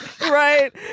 Right